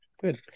good